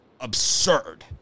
absurd